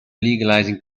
legalizing